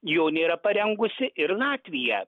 jo nėra parengusi ir latvija